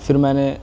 پھر میں نے